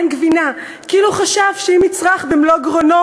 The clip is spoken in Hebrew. אין גבינה?" כאילו חשב שאם יצרח במלוא גרונו,